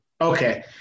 okay